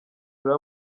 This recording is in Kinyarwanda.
urebe